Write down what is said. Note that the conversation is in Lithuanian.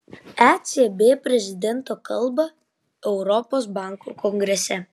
ecb prezidento kalbą europos bankų kongrese